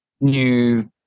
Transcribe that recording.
new